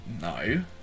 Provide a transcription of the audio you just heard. no